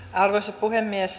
arvoisa puhemies